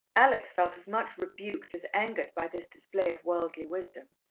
alex felt as much rebuked as angered by this display of worldly wisdom.